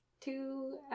two